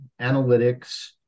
analytics